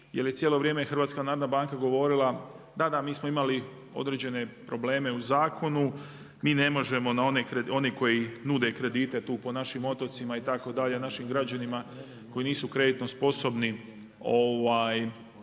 jer je cijelo vrijeme HNB govorila da, da mi smo imali određene probleme u zakonu, mi ne možemo one koji nude kredite tu po našim otocima itd., našim građanima koji nisu kreditno sposobni ne